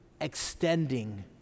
extending